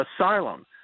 asylum